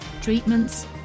treatments